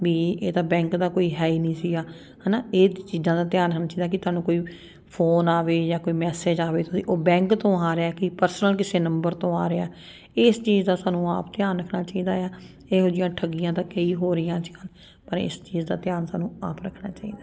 B ਇਹਦਾ bank ਦਾ ਕੋਈ ਹੈ ਹੀ ਨਹੀਂ ਸੀਗਾ ਹੈ ਨਾ ਇਹ ਚੀਜ਼ਾਂ ਦਾ ਧਿਆਨ ਕਿ ਤੁਹਾਨੂੰ ਕੋਈ ਫੋਨ ਆਵੇ ਜਾਂ ਕੋਈ ਮੈਸੇਜ ਆਵੇ ਤੁਸੀਂ ਉਹ ਬੈਂਕ ਤੋਂ ਆ ਰਿਹਾ ਕਿ ਪਰਸਨਲ ਕਿਸੇ ਨੰਬਰ ਤੋਂ ਆ ਰਿਹਾ ਇਸ ਚੀਜ਼ ਦਾ ਸਾਨੂੰ ਆਪ ਧਿਆਨ ਰੱਖਣਾ ਚਾਹੀਦਾ ਆ ਇਹੋ ਜਿਹੀਆਂ ਠੱਗੀਆਂ ਦਾ ਕਈ ਹੋ ਰਹੀਆਂ ਅੱਜ ਕੱਲ੍ਹ ਪਰ ਇਸ ਚੀਜ਼ ਦਾ ਧਿਆਨ ਸਾਨੂੰ ਆਪ ਰੱਖਣਾ ਚਾਹੀਦਾ